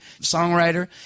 songwriter